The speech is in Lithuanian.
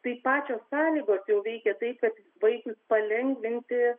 tai pačios sąlygos jau veikia tai kad vaikui palengvinti